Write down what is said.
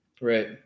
Right